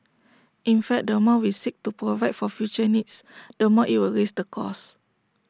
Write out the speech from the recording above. in fact the more we seek to provide for future needs the more IT will raise the cost